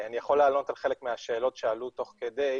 אני יכול לענות על חלק מהשאלות שעלו תוך כדי,